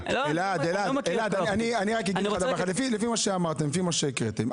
לפי מה שהקראתם,